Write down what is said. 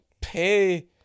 pay